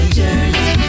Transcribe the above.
journey